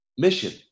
Mission